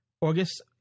August